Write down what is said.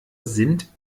sind